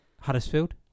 Huddersfield